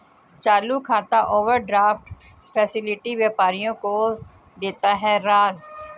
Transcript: चालू खाता overdraft facility व्यापारियों को देता है राज